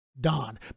Don